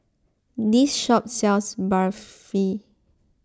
this shop sells Barfi